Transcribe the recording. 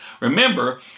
Remember